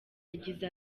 yagize